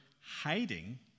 hiding